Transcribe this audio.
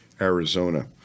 arizona